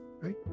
right